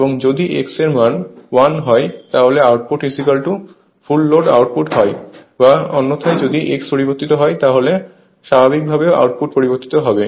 এবং যদি X এর মান 1 হয় তাহলে আউটপুট ফুল লোড আউটপুট হয় বা অন্যথায় যদি X পরিবর্তিত হয় তাহলে স্বাভাবিকভাবে আউটপুট পরিবর্তিত হবে